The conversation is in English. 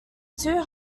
two